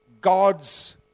God's